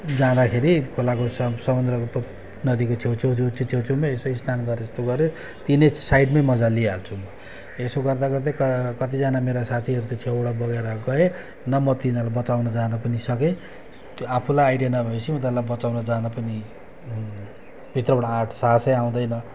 जाँदाखेरि खोलाको सम समुन्द्रको नदीको छेउ छेउ जो त्यो छेउ छेउमै यसै स्नान गरे जस्तो गरेँ ती नै साइडमै मजा लिइहाल्छु म यसो गर्दा गर्दै क कतिजना मेरा साथीहरू त छेउबाट बगेर गए न म तिनीहरूलाई बचाउन जान पनि सकेँ त्यो आफूलाई आइडिया नभएपछि उनीहरूलाई बचाउन जान पनि भित्रबाट आँट साहसै आउँदैन